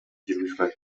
жүргүзгөн